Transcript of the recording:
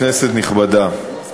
כנסת נכבדה,